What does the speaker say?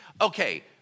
Okay